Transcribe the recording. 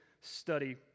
study